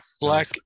Black